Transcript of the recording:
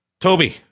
Toby